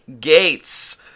Gates